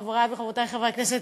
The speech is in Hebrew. חברי וחברותי חברי הכנסת,